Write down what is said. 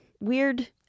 Weird